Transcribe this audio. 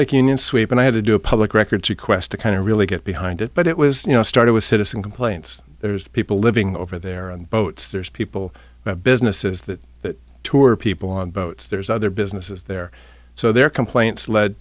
like union sweep and i had to do a public records request to kind of really get behind it but it was you know started with citizen complaints there's people living over there on boats there's people businesses that tour people on boats there's other businesses there so their complaints led